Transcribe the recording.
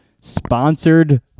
sponsored